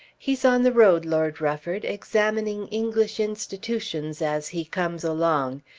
he's on the road, lord rufford, examining english institutions as he comes along.